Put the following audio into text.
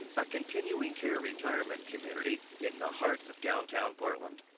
a continuing care retirement community in the heart of downtown portland.